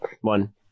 one